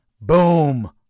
Boom